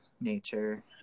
nature